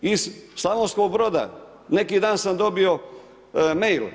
Iz Slavonskog Broda neki dan sam dobio mail.